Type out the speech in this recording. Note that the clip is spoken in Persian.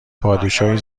پادشاهی